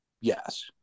Yes